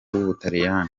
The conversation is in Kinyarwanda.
ubutaliyani